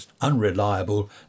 unreliable